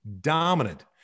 dominant